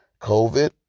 COVID